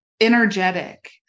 energetic